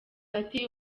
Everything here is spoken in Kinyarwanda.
ati